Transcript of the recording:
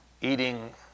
eating